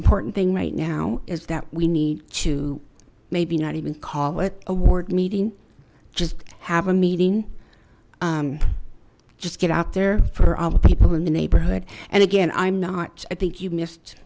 important thing right now is that we need to maybe not even call it a ward meeting just have a meeting just get out there for all the people in the neighborhood and again i'm not i think you missed